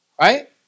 Right